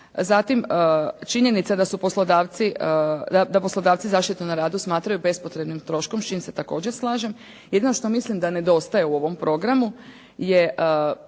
da su poslodavci, da poslodavci zaštitu na radu smatraju bespotrebnim troškom s čim se također slažem. Jedino što mislim da nedostaje u ovom programu je